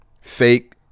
Fake